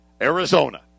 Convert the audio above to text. Arizona